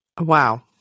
Wow